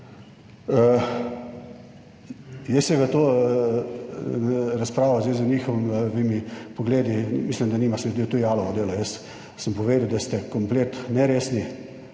Jaz se v to razpravo zdaj z njihovimi pogledi, mislim, da nima, se mi zdi, da to je jalovo delo. Jaz sem povedal, da ste komplet neresni,